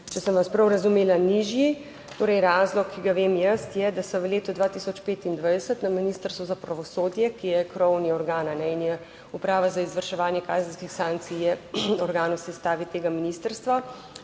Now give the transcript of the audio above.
če sem vas prav razumela, nižji. Torej, razlog, ki ga vem jaz, je, da so v letu 2025 na Ministrstvu za pravosodje, ki je krovni organ in je Uprava za izvrševanje kazenskih sankcij, je organ v sestavi tega ministrstva.